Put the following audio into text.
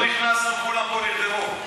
עד שלא נכנסנו כולם פה נרדמו.